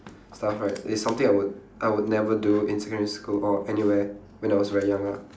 stuff right it's something I would I would never do in secondary school or anywhere when I was very young lah